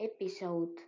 episode